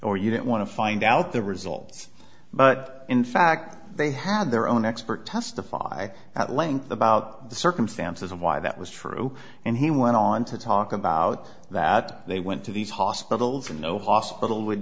or you didn't want to find out the results but in fact they had their own expert testify at length about the circumstances of why that was true and he went on to talk about that they went to these hospitals and no hospital would